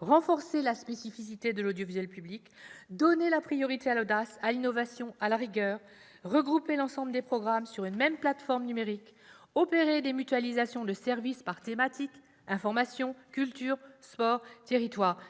Renforcer la spécificité de l'audiovisuel public ; donner la priorité à l'audace, à l'innovation, à la rigueur ; regrouper l'ensemble des programmes sur une même plateforme numérique ; opérer des mutualisations de services par thématique- information, culture, sport, territoires :